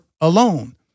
alone